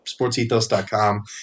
sportsethos.com